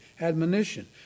admonition